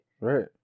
right